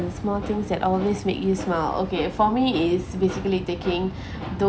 the small things that always make you smile okay for me it's basically taking those